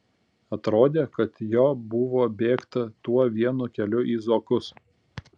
atrodė kad jo buvo bėgta tuo vienu keliu į zokus